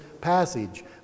passage